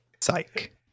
Psych